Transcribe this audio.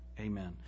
amen